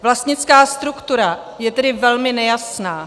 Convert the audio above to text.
Vlastnická struktura je tedy velmi nejasná.